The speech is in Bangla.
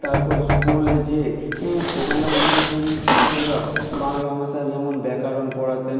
তারপর স্কুলে যেয়ে সেখানেও শিক্ষকরা বাংলা ভাষায় যেমন ব্যাকারণ পড়াতেন